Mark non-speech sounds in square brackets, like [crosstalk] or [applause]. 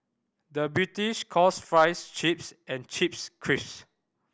the British calls fries chips and chips [unintelligible]